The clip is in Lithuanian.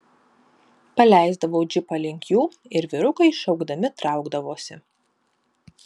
paleisdavau džipą link jų ir vyrukai šaukdami traukdavosi